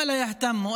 ולא אכפת להם.